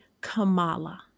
Kamala